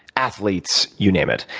athletes you name it.